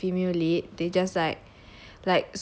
the male lead and the female lead they just like